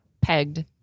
pegged